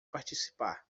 participar